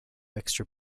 extra